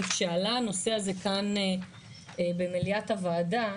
כי כשעלה הנושא הזה כאן במליאת הוועדה,